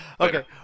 Okay